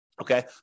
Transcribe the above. okay